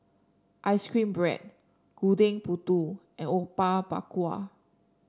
ice cream bread Gudeg Putih and Apom Berkuah